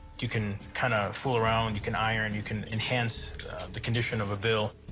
you can kind of fool around. you can iron. you can enhance the condition of a bill.